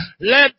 let